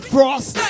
Frost